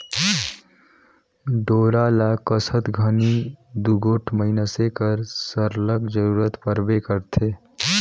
डोरा ल कसत घनी दूगोट मइनसे कर सरलग जरूरत परबे करथे